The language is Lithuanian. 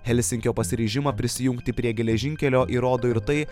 helsinkio pasiryžimą prisijungti prie geležinkelio įrodo ir tai